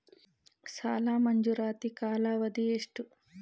ಸಾಲ ಮಂಜೂರಾತಿ ಕಾಲಾವಧಿ ಎಷ್ಟು?